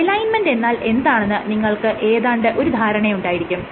alignment എന്നാൽ എന്താണെന്ന് നിങ്ങൾക്ക് ഏതാണ്ട് ഒരു ധാരണയുണ്ടായിരിക്കും